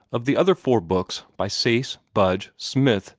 of the other four books, by sayce, budge, smith,